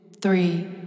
three